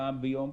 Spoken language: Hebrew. פעם ביום.